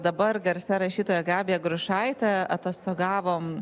dabar garsia rašytoja gabija grušaite atostogavom